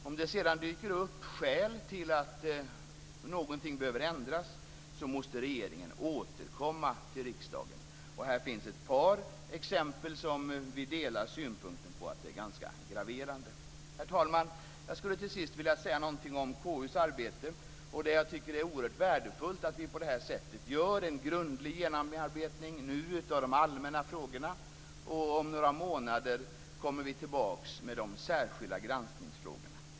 Om det sedan dyker upp skäl till att någonting behöver ändras, måste regeringen återkomma till riksdagen. Det finns ett par exempel där vi delar synpunkten att det är ganska graverande. Herr talman! Jag skulle till sist vilja säga någonting om KU:s arbete. Jag tycker att det är oerhört värdefullt att vi nu på det här sättet gör en grundlig genomarbetning av de allmänna frågorna. Om några månader kommer vi tillbaka med de särskilda granskningsfrågorna.